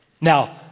Now